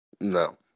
No